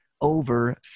over